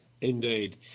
Indeed